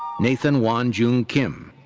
nathan won joong kim.